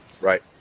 Right